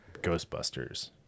Ghostbusters